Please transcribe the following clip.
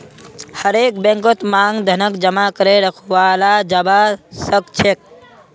हरेक बैंकत मांग धनक जमा करे रखाल जाबा सखछेक